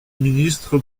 ministre